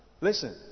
Listen